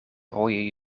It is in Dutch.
rode